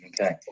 Okay